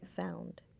found